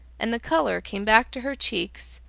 and the colour came back to her cheeks,